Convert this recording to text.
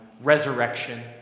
resurrection